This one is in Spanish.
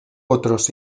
otros